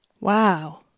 Wow